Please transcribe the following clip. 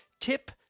tip